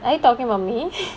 are you talking about me